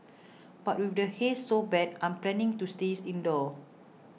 but with the haze so bad I'm planning to stay indoors